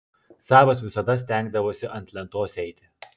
sabas visada stengdavosi ant lentos eiti